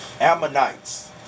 Ammonites